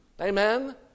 Amen